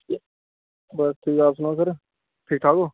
बस ठीक आप सुनाओ सर ठीक ठाक ओ